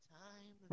time